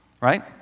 Right